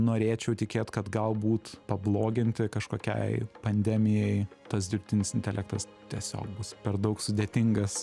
norėčiau tikėt kad galbūt pabloginti kažkokiai pandemijai tas dirbtinis intelektas tiesiog bus per daug sudėtingas